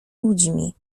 ludźmi